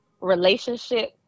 relationship